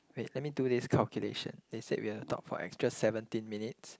wait let me do this calculation they say we will talk for extra seventeen minutes